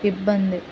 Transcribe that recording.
ఇబ్బంది